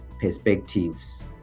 perspectives